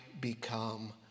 become